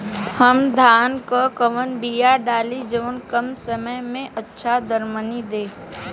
हम धान क कवन बिया डाली जवन कम समय में अच्छा दरमनी दे?